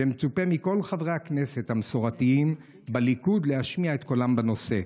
ומצופה מכל חברי הכנסת המסורתיים בליכוד להשמיע את קולם בנושא.